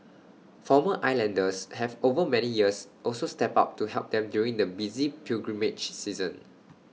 former islanders have over many years also stepped up to help them during the busy pilgrimage season